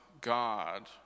God